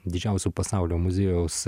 didžiausių pasaulio muziejaus